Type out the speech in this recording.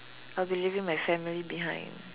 I'll be leaving my family behind